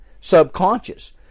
subconscious